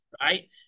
right